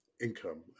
income